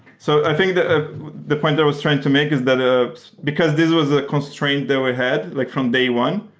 so i think the the point that was trying to make is that ah because this was a constraint that we had like from day one,